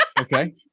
Okay